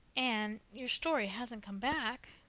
anne, your story hasn't come back?